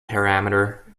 parameter